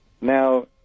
Now